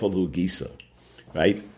Right